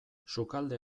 sukalde